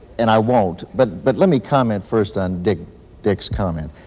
and i won't. but but let me comment, first, on dick's dick's comment.